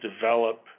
develop